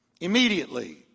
Immediately